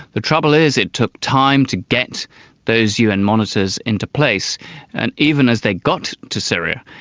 the trouble is it took time to get those un monitors into place and even as they got to syria,